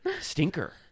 stinker